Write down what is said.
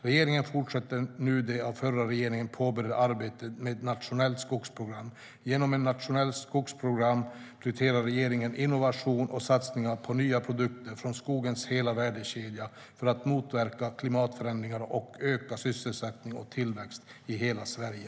Regeringen fortsätter nu det av den förra regeringen påbörjade arbetet med ett nationellt skogsprogram. Genom ett nationellt skogsprogram prioriterar regeringen innovation och satsningar på nya produkter från skogens hela värdekedja för att motverka klimatförändringar och öka sysselsättning och tillväxt i hela Sverige.